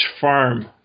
farm